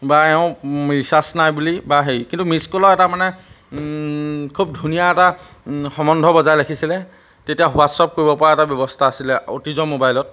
বা এওঁ ৰিচাৰ্জ নাই বুলি বা হেৰি কিন্তু মিছ কলৰ এটা মানে খুব ধুনীয়া এটা সম্বন্ধ বজাই ৰাখিছিলে তেতিয়া হোৱাটছআপ কৰিব পৰা এটা ব্যৱস্থা আছিলে অতীজৰ মোবাইলত